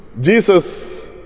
Jesus